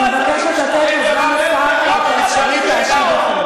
אני מבקשת לתת לסגן השר את האפשרות להשיב לכם.